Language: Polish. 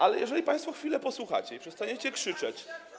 Ale jeżeli państwo chwilę posłuchacie i przestaniecie krzyczeć.